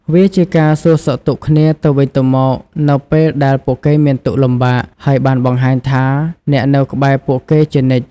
វាជាការសួរសុខទុក្ខគ្នាទៅវិញទៅមកនៅពេលដែលពួកគេមានទុក្ខលំបាក ហើយបានបង្ហាញថាអ្នកនៅក្បែរពួកគេជានិច្ច។